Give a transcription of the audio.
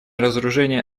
разоружение